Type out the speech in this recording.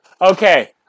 Okay